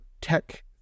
tech